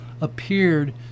appeared